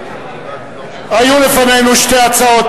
היו לפנינו שתי הצעות